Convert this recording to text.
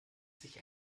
sich